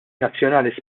nazzjonali